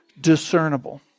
discernible